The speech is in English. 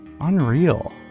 Unreal